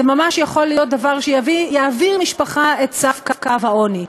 זה ממש יכול להיות דבר שיעביר משפחה את סף קו העוני.